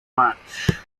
match